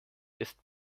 ist